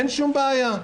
אין שום בעיה.